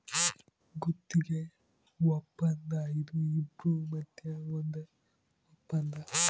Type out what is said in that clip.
ಗುತ್ತಿಗೆ ವಪ್ಪಂದ ಇದು ಇಬ್ರು ಮದ್ಯ ಒಂದ್ ವಪ್ಪಂದ